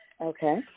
Okay